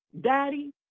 daddy